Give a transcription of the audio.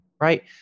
right